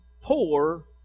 poor